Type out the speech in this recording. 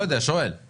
לא יודע, שואל.